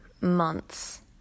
months